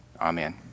amen